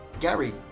gary